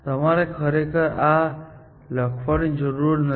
તમારે ખરેખર આ લખવાની જરૂર નથી